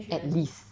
at least